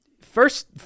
first